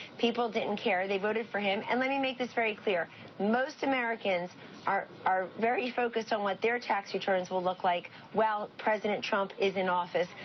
people didn't care, they voted for him, and let me make this very clear most americans are are very focused on what their tax returns will look like while the president trump is in office,